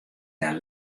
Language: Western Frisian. dêr